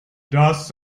das